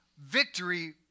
victory